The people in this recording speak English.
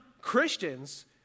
Christians